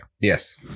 Yes